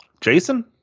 Jason